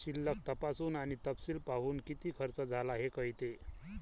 शिल्लक तपासून आणि तपशील पाहून, किती खर्च झाला हे कळते